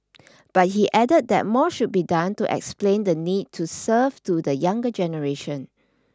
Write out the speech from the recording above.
but he added that more should be done to explain the need to serve to the younger generation